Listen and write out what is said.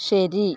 ശരി